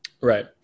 right